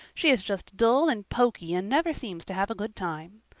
she is just dull and poky and never seems to have a good time.